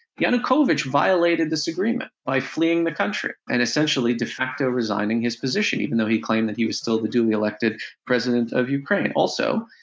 yanukovych violated this agreement by fleeing the country. and essentially de facto resigning his position, even though he claimed he was still the duly elected president of ukraine. also,